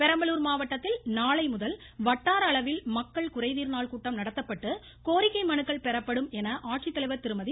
பெரம்பலூர் மாவட்டத்தில் நாளை முதல் வட்டார அளவில் மக்கள் குறைதீர் நாள் கூட்டம் நடத்தப்பட்டு கோரிக்கை மனுக்கள் பெறப்படும் என ஆட்சித்தலைவர் திருமதி